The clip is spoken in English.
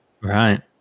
Right